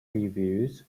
reviews